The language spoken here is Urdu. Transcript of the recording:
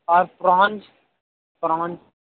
اور فرانچ فرانچ